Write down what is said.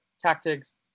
tactics